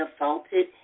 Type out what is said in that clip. assaulted